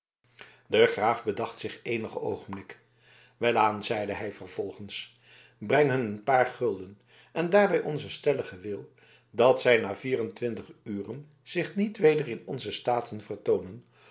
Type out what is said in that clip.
de graaf bedacht zich eenige oogenblikken welaan zeide hij vervolgens breng hun een paar gulden en daarbij onzen stelligen wil dat zij na vier en twintig uren zich niet weder in onze staten vertoonen